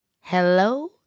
Hello